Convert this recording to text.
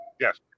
Yes